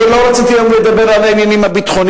אני לא רציתי לדבר היום על העניינים הביטחוניים.